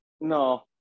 no